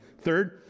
Third